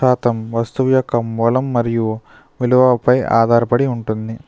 శాతం వస్తువుల యొక్క మూలం మరియు విలువపై ఆధారపడి ఉంటుంది